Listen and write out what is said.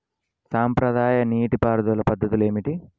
సాంప్రదాయ నీటి పారుదల పద్ధతులు ఏమిటి?